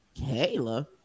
Kayla